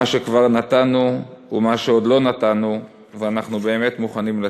מה שכבר נתנו ומה שעוד לא נתנו ואנחנו באמת מוכנים לתת.